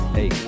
hey